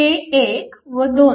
हे 1 व 2